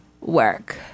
work